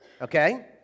Okay